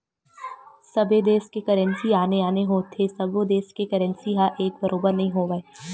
सबे देस के करेंसी आने आने होथे सब्बो देस के करेंसी ह एक बरोबर नइ होवय